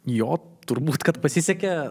jo turbūt kad pasisekė